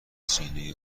سینه